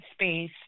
space